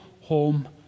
home